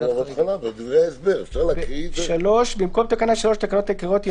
החלפת תקנה 3 3. במקום תקנה 3 לתקנות העיקריות,